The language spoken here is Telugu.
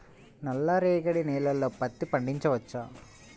నల్ల రేగడి నేలలో పత్తి పండించవచ్చా?